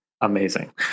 amazing